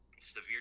severe